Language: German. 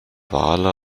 wale